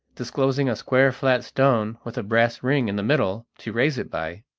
disclosing a square flat stone with a brass ring in the middle to raise it by.